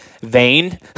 vain